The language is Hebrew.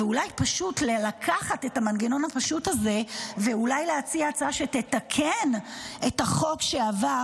ואולי פשוט לקחת את המנגנון הפשוט הזה ולהציע הצעה שתתקן את החוק שעבר,